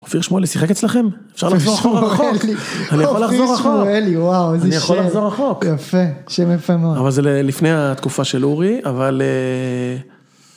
אופיר שמואלי שיחק אצלכם, אפשר לחזור רחוק, אני יכול לחזור רחוק, אני יכול לחזור רחוק.וואו יפה, שם יפה מאוד. אבל זה לפני התקופה של אורי, אבל.